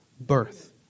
birth